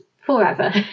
forever